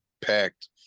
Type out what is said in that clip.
Packed